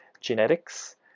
genetics